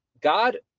God